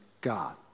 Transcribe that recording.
God